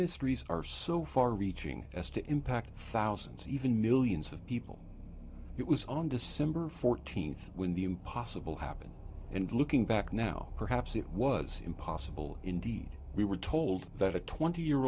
mysteries are so far reaching as to impact thousands even millions of people it was on december fourteenth when the impossible happened and looking back now perhaps it was impossible indeed we were told that a twenty year